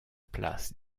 place